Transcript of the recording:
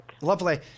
Lovely